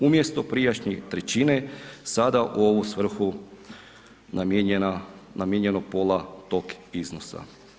Umjesto prijašnje trećine sada u ovu svrhu namijenjena, namijenjeno pola tog iznosa.